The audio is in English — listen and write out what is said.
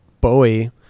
Bowie